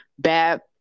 bad